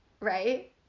right